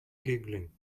giggling